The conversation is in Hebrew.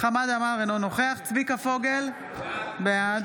חמד עמאר, אינו נוכח צביקה פוגל, בעד